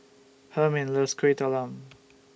Hermine loves Kueh Talam